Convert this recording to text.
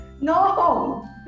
no